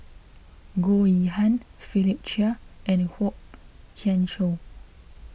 Goh Yihan Philip Chia and Kwok Kian Chow